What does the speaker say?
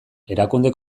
erakunde